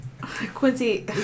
Quincy